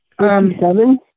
seven